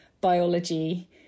biology